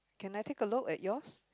can I take a look at yours